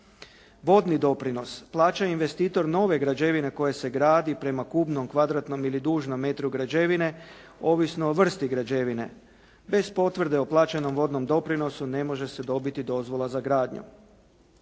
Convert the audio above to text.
Vodni doprinos plaća investitor nove građevine koja se gradi prema kubnom, kvadratnom ili dužnom metru građevine ovisno o vrsti građevine bez potvrde o plaćenom vodnom doprinosu ne može se dobiti dozvola za gradnjom.